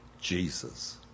Jesus